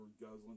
guzzling